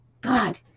God